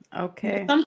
Okay